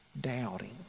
doubting